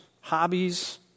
hobbies